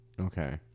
Okay